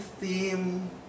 theme